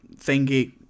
thingy